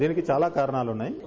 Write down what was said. దీనికి చాలా కారణాలు వున్నా యి